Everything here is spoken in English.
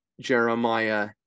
Jeremiah